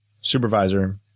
Supervisor